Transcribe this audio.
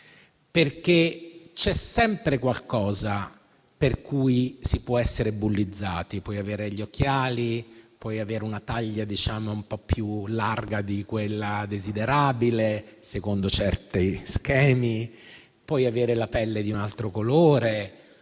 perché c'è sempre qualcosa per cui si può essere bullizzati - puoi avere gli occhiali, puoi avere una taglia un po' più grande di quella desiderabile secondo certi schemi, puoi avere la pelle di un altro colore